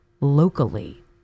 locally